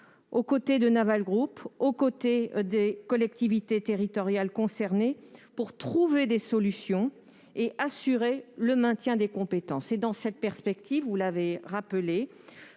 aux côtés de Naval Group et des collectivités territoriales concernées pour trouver des solutions et assurer le maintien des compétences. Dans cette perspective, le récent